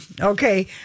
Okay